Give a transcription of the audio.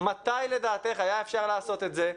מתי לדעתך היה אפשר לעשות את זה.